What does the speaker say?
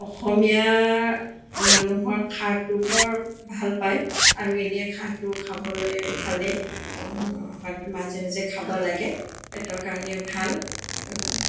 অসমীয়া মানুহৰ খাৰটো বৰ ভাল পাই আৰু এনেই খাৰটো খাবলৈ খালে মাজে মাজে খাব লাগে পেটৰ কাৰণেও ভাল